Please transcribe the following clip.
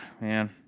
man